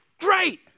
Great